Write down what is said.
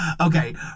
Okay